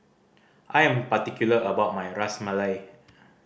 I am particular about my Ras Malai